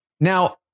now